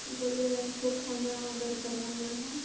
बोले हमको खाना ऑडर करवाना है